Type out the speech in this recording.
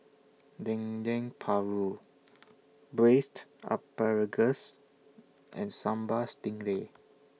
Dendeng Paru Braised Asparagus and Sambal Stingray